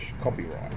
copyright